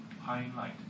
highlight